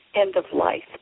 end-of-life